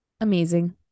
Amazing